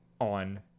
on